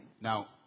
Now